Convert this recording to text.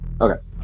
Okay